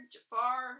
Jafar